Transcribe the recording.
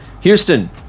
Houston